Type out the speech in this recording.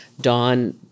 Don